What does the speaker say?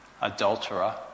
adulterer